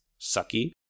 sucky